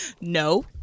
No